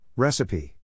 Recipe